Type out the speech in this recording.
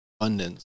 abundance